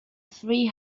three